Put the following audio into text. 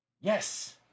yes